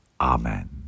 Amen